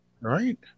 right